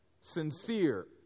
Sincere